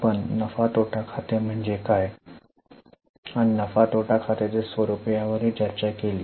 आपण नफा आणि तोटा खाते म्हणजे काय आणि नफा व तोटा खात्याचे स्वरूप यावरही चर्चा केली